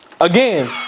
Again